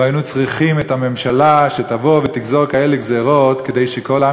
לא היינו צריכים את הממשלה שתבוא ותגזור כאלה גזירות כדי שכל עם